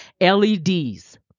LEDs